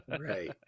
Right